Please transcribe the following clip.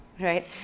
right